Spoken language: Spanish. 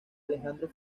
alejandro